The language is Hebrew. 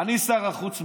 אני שר החוץ מחר.